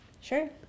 Sure